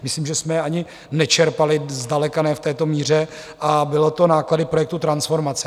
Myslím, že jsme ani nečerpali zdaleka ne v této míře, a byly to náklady projektu transformace.